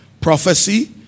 Prophecy